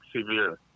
severe